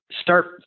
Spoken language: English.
start